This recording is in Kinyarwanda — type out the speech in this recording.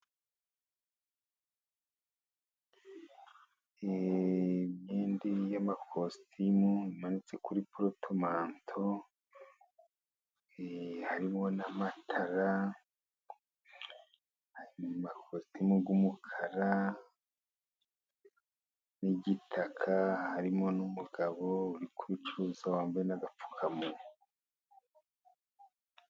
Imyenda y'amakositimu imanitse kuri porotomanto, harimo n'amatara, amakositimu y'umukara n'igitaka, harimo n'umugabo uri kubicuruza wambaye n'agapfukamunwa.